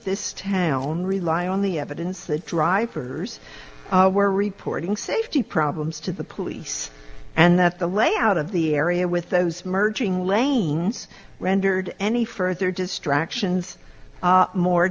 this ten own rely on the evidence the drivers were reporting safety problems to the police and that the layout of the area with those merging lanes rendered any further distractions more